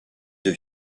deux